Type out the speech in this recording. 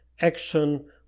action